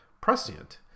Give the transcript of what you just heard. prescient